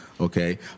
okay